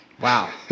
wow